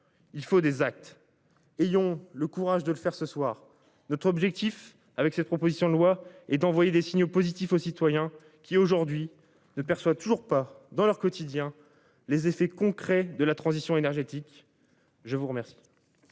Il faut des actes. Ayons le courage de le faire ce soir, notre objectif avec cette proposition de loi et d'envoyer des signaux positifs aux citoyens qui aujourd'hui ne perçoit toujours pas dans leur quotidien, les effets concrets de la transition énergétique. Je vous remercie.